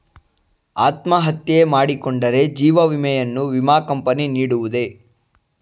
ಅತ್ಮಹತ್ಯೆ ಮಾಡಿಕೊಂಡರೆ ಜೀವ ವಿಮೆಯನ್ನು ವಿಮಾ ಕಂಪನಿ ನೀಡುವುದೇ?